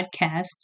podcast